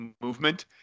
movement